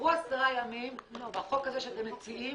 עברו עשרה ימים, בחוק הזה שאתם מציעים